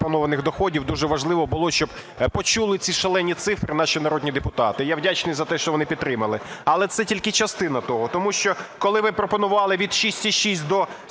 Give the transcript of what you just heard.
Дуже важливо було, щоб почули ці шалені цифри наші народні депутати. Я вдячний за те, що вони підтримали. Але це тільки частина того. Тому що коли ви пропонували від 6,6 до 40,2